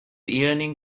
yearning